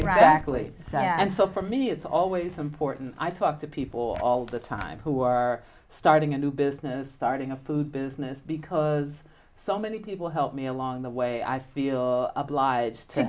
exactly and so for me it's always important i talk to people all the time who are starting a new business starting a food business because so many people help me along the way i feel obliged to